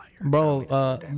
Bro